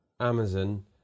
Amazon